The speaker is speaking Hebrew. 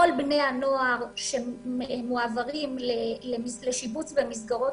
כל בני הנוער שמועברים לשיבוץ במסגרות